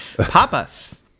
Papas